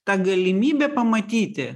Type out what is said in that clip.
ta galimybė pamatyti